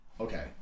Okay